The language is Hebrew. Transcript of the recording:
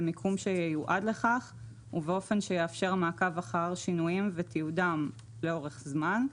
במיקום שייועד לכך ובאופן שיאפשר מעקב אחר שינויים ותיעודם לאורך זמן.